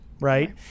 right